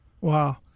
Wow